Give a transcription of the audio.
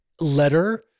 letter